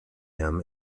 him